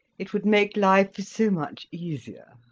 it would make life so much easier.